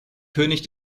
könig